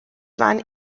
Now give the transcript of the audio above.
waren